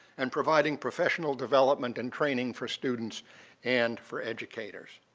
and providing professional development and training for students and for educators.